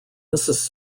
mrs